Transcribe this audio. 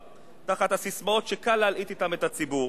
תחת הססמאות שקל להלעיט בהן את הציבור,